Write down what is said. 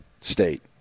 State